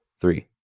three